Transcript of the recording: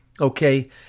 okay